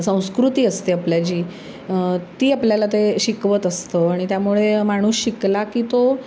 संस्कृती असते आपल्या जी ती आपल्याला ते शिकवत असतं आणि त्यामुळे माणूस शिकला की तो